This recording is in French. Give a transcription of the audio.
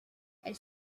elle